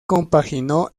compaginó